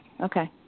okay